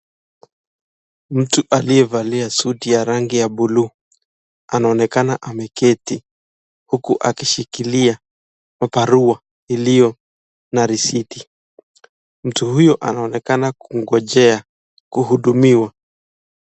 Mtu aliyevalia suti ya buluu anaonekana ameketi huku akishikilia barua iliyo na risiti. Mtu huyu anaonekana kungojea kuhudumiwa.